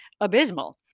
abysmal